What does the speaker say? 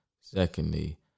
Secondly